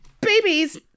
babies